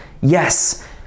Yes